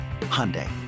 Hyundai